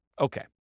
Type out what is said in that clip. Okay